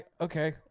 okay